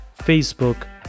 Facebook